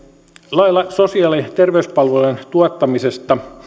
lailla sosiaali ja terveyspalveluiden tuottamisesta